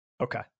Okay